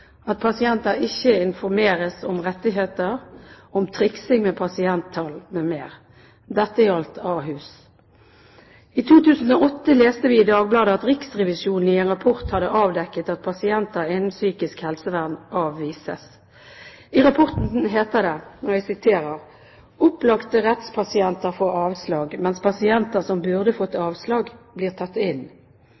at pasienter avvises, at pasienter ikke informeres om rettigheter, om triksing med pasienttall m.m. Dette gjaldt Ahus. I 2008 leste vi i Dagbladet at Riksrevisjonen i en rapport hadde avdekket at pasienter innenfor psykisk helsevern avvises. I rapporten heter det: «Opplagte rettspasienter får avslag, mens pasienter som burde fått